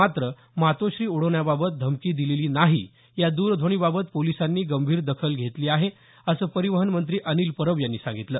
मात्र मातोश्री उडवण्याबाबत धमकी दिलेली नाही या द्रध्वनीबाबत पोलिसांनी गंभीर दखल घेतलेली आहे असं परिवहन मंत्री अनिल परब यांनी सांगितलं